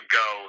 go